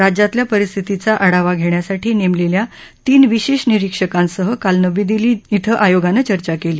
राज्यातल्या परिस्थितीचा आढावा घेण्यासाठी नेमलेल्या तीन विशेष निरिक्षकांसह काल नवी दिल्ली के आयोगानं चर्चा केली